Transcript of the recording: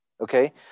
okay